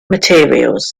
materials